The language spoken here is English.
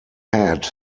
head